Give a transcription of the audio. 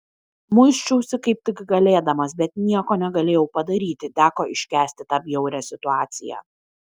muisčiausi kaip tik galėdamas bet nieko negalėjau padaryti teko iškęsti tą bjaurią situaciją